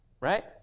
Right